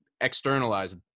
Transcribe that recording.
externalize